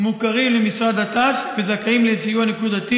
מוכרים למשרד הת"ש וזכאים לסיוע נקודתי